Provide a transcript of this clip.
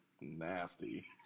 nasty